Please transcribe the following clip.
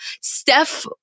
Steph